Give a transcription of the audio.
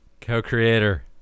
co-creator